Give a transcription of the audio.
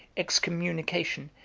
excommunication,